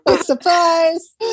surprise